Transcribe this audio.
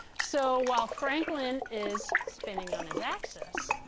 so while franklin is spinning on his axis,